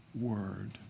word